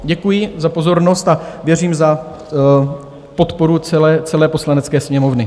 Děkuji za pozornost a věřím v podporu celé Poslanecké sněmovny.